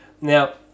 Now